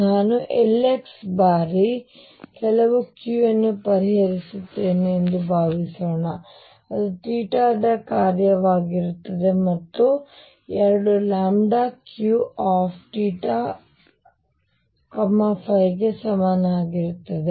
ನಾನು Lx ಬಾರಿ ಕೆಲವು Q ಅನ್ನು ಪರಿಹರಿಸುತ್ತೇನೆ ಎಂದು ಭಾವಿಸೋಣ ಅದು ಥೀಟಾದ ಕಾರ್ಯವಾಗಿರುತ್ತದೆ ಮತ್ತು ಎರಡೂ ಲ್ಯಾಂಬ್ಡಾ Q θ ϕ ಗೆ ಸಮನಾಗಿರುತ್ತದೆ